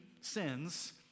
sins